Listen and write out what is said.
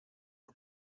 for